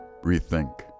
rethink